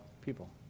people